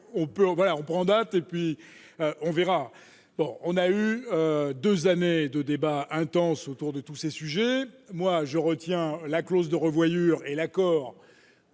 on prend date, et puis on verra bon, on a eu 2 années de débats intenses autour de tous ces sujets, moi, je retiens la clause de revoyure et l'accord,